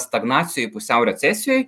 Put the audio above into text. stagnacijoj pusiau recesijoj